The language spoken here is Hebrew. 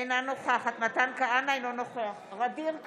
אינה נוכחת מתן כהנא,